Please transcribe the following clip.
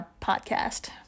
podcast